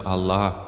Allah